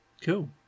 Cool